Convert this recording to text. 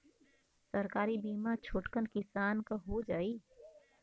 सरकारी बीमा छोटकन किसान क हो जाई?